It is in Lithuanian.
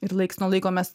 ir laiks nuo laiko mes